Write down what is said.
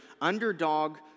underdog